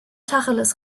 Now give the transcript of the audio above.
tacheles